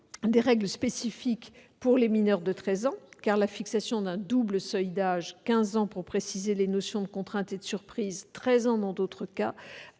des règles spécifiques pour les mineurs de treize ans, car la fixation d'un double seuil d'âge- quinze ans pour préciser les notions de contrainte et de surprise ; treize ans dans d'autres cas